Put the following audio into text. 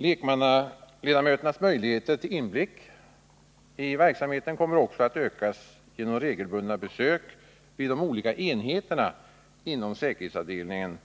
Lekmannaledamöternas möjligheter till inblick i verksamheten kommer också att ökas genom regelbundna besök vid de olika enheterna inom säkerhetsavdelningen,